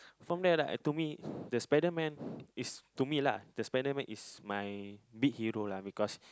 from there right uh to me the spiderman is to me lah the spiderman is my big hero lah because